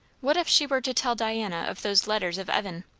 what if she were to tell diana of those letters of evan?